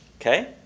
Okay